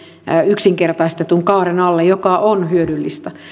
yksinkertaistetun kaaren alle mikä on hyödyllistä